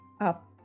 up